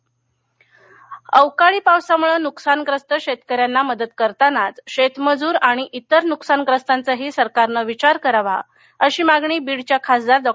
मुंडे अवकाळी पावसामुळे नुकसानग्रस्त शेतकऱ्यांना मदत करतानाच शेतमजूर आणि तिर नुकसानग्रस्तांचाही सरकारनं विचार करावा अशी मागणी बीडच्या खासदार डॉ